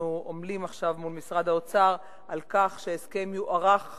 אנחנו עמלים עכשיו מול משרד האוצר על כך שההסכם יוארך